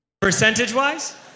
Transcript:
Percentage-wise